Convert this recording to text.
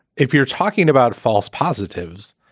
if you're talking about false positives,